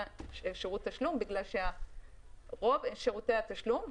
שירות תשלום בגלל שרוב שירותי התשלום,